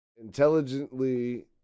Intelligently